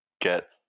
get